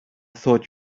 thought